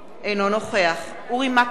אינו נוכח אורי מקלב,